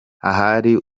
ahari